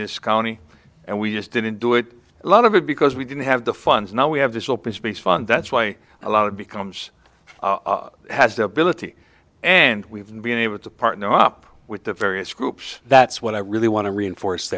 this county and we just didn't do it a lot of it because we didn't have the funds now we have this will be fun that's why a lot of becomes has the ability and we've been able to partner up with the various groups that's what i really want to reinforce